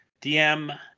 DM